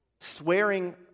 swearing